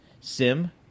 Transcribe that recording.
Sim